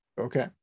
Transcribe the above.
okay